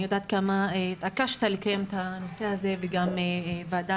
אני יודעת כמה התעקשת לקיים את הנושא הזה וגם ועדה